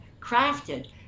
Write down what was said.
crafted